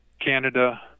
Canada